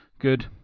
Good